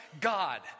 God